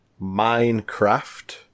Minecraft